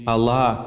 Allah